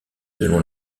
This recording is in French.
selon